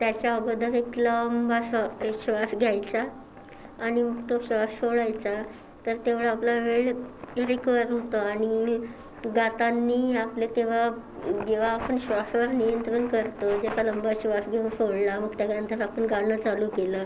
त्याच्या अगोदर एक लंबासा एक श्वास घ्यायचा आणि मग तो श्वास सोडायचा तर तेवढा आपला वेळ रिकव्हर होतो आणि गातांनी आपले तेव्हा जेव्हा आपण श्वासावर नियंत्रण करतो जसा लंबा श्वास घेऊन सोडला मग त्याच्यानंतर आपण गाणं चालू केलं